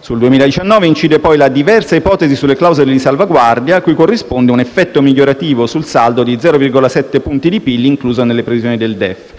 Sul 2019 incide poi la diversa ipotesi sulle clausole di salvaguardia (cui corrisponde un effetto migliorativo sul saldo di 0,7 punti di PIL incluso nelle previsioni del DEF),